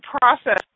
process